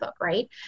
right